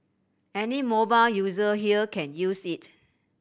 any mobile user here can use it